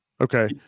Okay